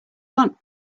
want